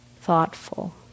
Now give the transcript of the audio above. thoughtful